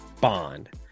Bond